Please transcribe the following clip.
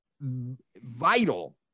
vital